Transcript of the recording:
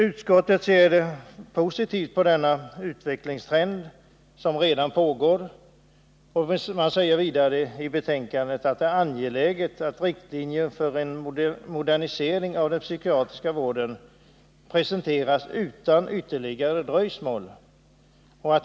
Utskottet ser positivt på denna utvecklingstrend som redan pågår, och man säger i betänkandet att det är ”angeläget att riktlinjer för en modernisering av den psykiatriska vården presenteras utan ytterligare dröjsmål.